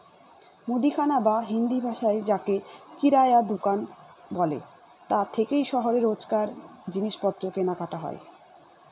মুদিখানা বা হিন্দিভাষায় যাকে কিরায়া দুকান বলে তা থেকেই শহরে রোজকার জিনিসপত্র কেনাকাটা হয়